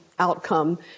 Outcome